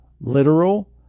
literal